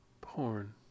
Porn